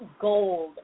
gold